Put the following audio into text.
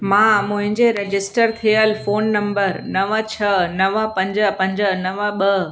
मां मुंहिंजे रजिस्टर थियल फोन नम्बर नव छह नव पंज पंज नव ॿ